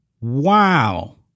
Wow